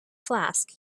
flask